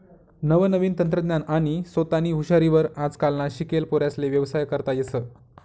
नवनवीन तंत्रज्ञान आणि सोतानी हुशारी वर आजकालना शिकेल पोर्यास्ले व्यवसाय करता येस